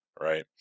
right